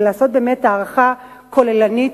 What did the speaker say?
ולעשות באמת הערכה כוללנית,